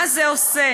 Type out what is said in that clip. מה זה עושה,